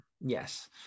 yes